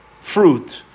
fruit